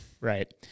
Right